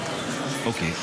אוקיי.